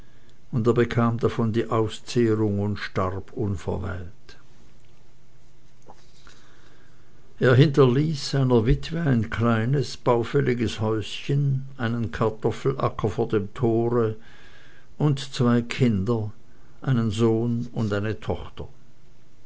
und er bekam davon die auszehrung und starb unverweilt er hinterließ seiner witwe ein kleines baufälliges häuschen einen kartoffelacker vor dem tore und zwei kinder einen sohn und eine tochter